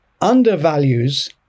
undervalues